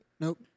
Nope